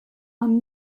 man